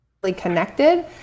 connected